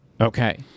Okay